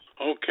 Okay